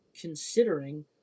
considering